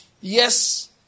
Yes